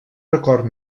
record